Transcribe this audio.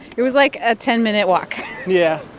it was, like, a ten minute walk yeah